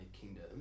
Kingdom